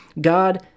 God